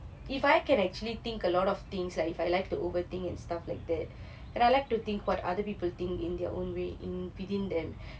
if I can actually think a lot of things like if I like to overthink and stuff like that and I like to think what other people think in their own way in within them